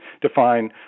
define